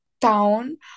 town